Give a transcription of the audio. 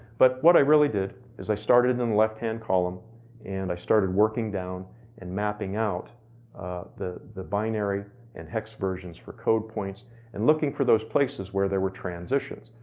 but what i really did, is i started in the and left-hand column and i started working down and mapping out the the binary and hex versions for code points and looking for those places where there were transitions.